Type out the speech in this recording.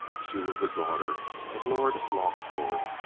she was the daughter of lord longford,